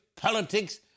politics